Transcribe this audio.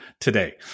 today